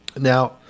Now